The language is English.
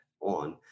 on